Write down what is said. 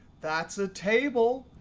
that's a table.